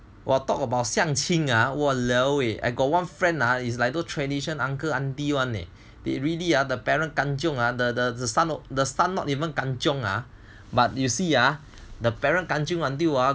!wah! talk about 相亲 ah !walaoeh! I got one friend ah is like those tradition uncle auntie leh they really are the parents kanjiong the the son not even kanjiong ah but you see ah the parents ganjiong until ah